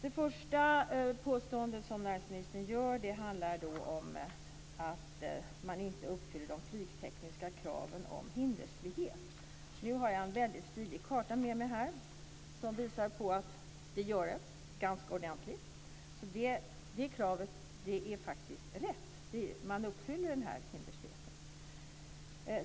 Det första påståendet som näringsministern gör handlar om att flygplatsen inte uppfyller de flygtekniska kraven om hindersfrihet. Jag har en väldigt stilig karta med mig här som visar att den gör det - ganska ordentligt. Det kravet är alltså rätt uppfyllt - flygplatsen uppfyller kravet på hindersfrihet.